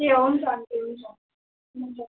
ए हुन्छ आन्टी हुन्छ हुन्छ